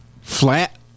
flat